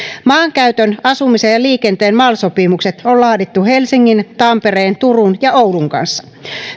maankäytön asumisen ja liikenteen mal sopimukset on laadittu helsingin tampereen turun ja oulun kanssa